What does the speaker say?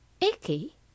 Icky